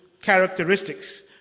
characteristics